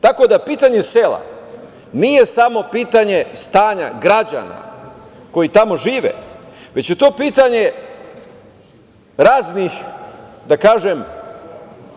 Tako da, pitanje sela nije samo pitanje stanja građana koji tamo žive, već je to pitanje raznih